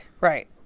right